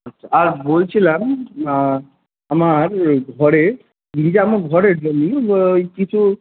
আচ্ছা আর বলছিলাম আমার ওই ঘরে ঘরের জন্য ওই কিছু